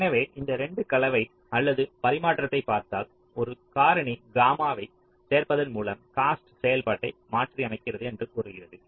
எனவே இந்த 2 கலவை அல்லது பரிமாற்றத்தைப் பார்த்தால் ஒரு காரணி காமாவைச் சேர்ப்பதன் மூலம் காஸ்ட் செயல்பாட்டை மாற்றியமைக்கிறது என்று கூறுகிறது